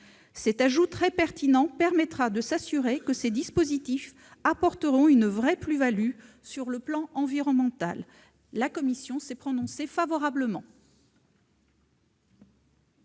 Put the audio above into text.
Cet ajout très pertinent permettra de s'assurer que ces dispositifs apporteront une vraie plus-value sur le plan environnemental. La commission s'est prononcée favorablement.